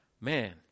man